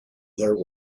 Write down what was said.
there